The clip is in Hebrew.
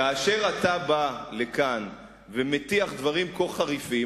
כאשר אתה בא לכאן ומטיח דברים כה חריפים,